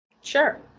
Sure